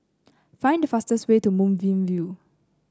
find the fastest way to Moonbeam View